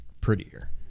prettier